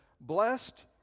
blessed